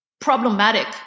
problematic